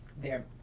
there.